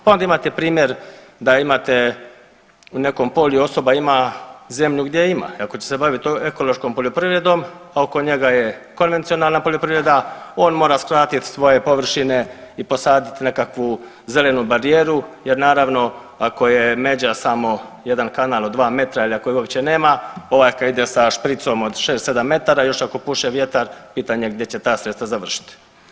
Pa onda imate primjer da imate u nekom polju osoba ima zemlju gdje ima i ako će se baviti ekološkom poljoprivredom, a oko njega je konvencionalna poljoprivreda on mora skratiti svoje površine i posadit nekakvu zelenu barijeru jer naravno ako je međa samo jedan kanal od 2 metra ili ako je uopće nema ovaj kad ide sa špricom od 6-7 metara još ako puše vjetar pitanje gdje će ta sredstava završiti.